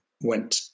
went